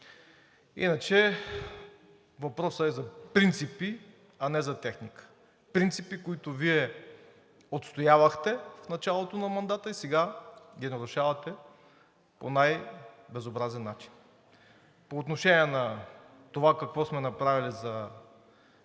Иначе въпросът е за принципи, а не за техника. Принципи, които Вие отстоявахте в началото на мандата и сега ги нарушавате по най-безобразен начин. По отношение на това какво сме направили за